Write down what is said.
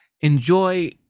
enjoy